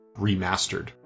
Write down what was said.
remastered